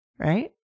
right